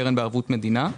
קרן בערבות מדינה.